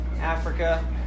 Africa